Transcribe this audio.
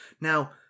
Now